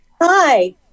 Hi